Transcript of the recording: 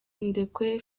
ndekwe